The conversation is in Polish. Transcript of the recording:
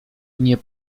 nie